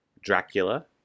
Dracula